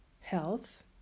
health